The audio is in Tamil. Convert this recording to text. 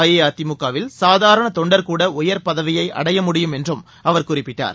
அஇஅதிமுகவில் சாதாரண தொண்டர் கூட உயர் பதவியை அடையமுடியும் என்றும் அவர் குறிப்பிட்டார்